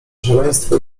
szaleństwo